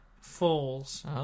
falls